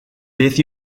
beth